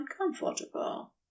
uncomfortable